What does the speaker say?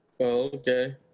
Okay